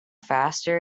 faster